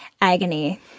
agony